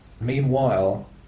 Meanwhile